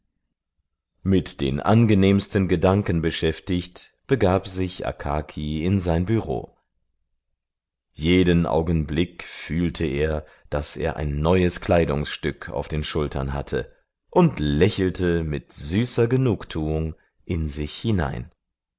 mit den angenehmsten gedanken beschäftigt begab sich akaki in sein büro jeden augenblick fühlte er daß er ein neues kleidungsstück auf den schultern hatte und lächelte mit süßer genugtuung in sich hinein